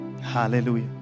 Hallelujah